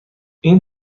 این